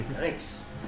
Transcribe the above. nice